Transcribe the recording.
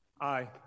Aye